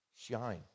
shine